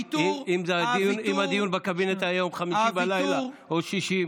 אם הדיון בקבינט היה ביום חמישי בלילה או בשישי,